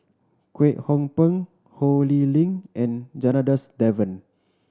Kwek Hong Png Ho Lee Ling and Janadas Devan